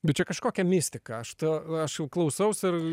bet čia kažkokia mistika aš to aš jau klausaus ir